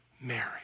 Mary